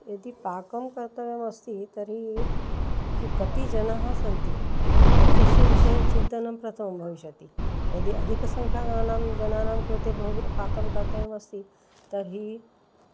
यदि पाकं कर्तव्यमस्ति तर्हि किं कति जनाः सन्ति एतस्य विषये चिन्तनं प्रथमं भविष्यति यदि अधिकसंख्याकानां जनानां कृते भोज पाकं कर्तव्यमस्ति तर्हि